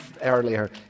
earlier